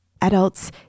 Adults